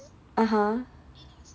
(uh huh)